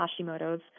Hashimoto's